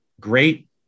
great